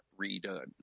redone